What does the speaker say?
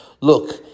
Look